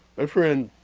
my friend